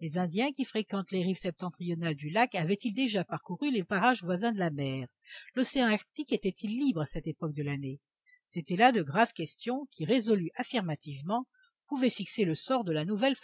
les indiens qui fréquentent les rives septentrionales du lac avaient-ils déjà parcouru les parages voisins de la mer l'océan arctique était-il libre à cette époque de l'année c'étaient là de graves questions qui résolues affirmativement pouvaient fixer le sort de la nouvelle